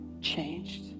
changed